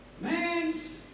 man's